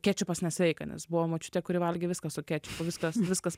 kečupas nesveika nes buvo močiutė kuri valgė viską su kečupu viskas viskas